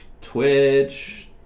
Twitch